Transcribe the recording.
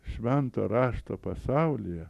švento rašto pasaulyje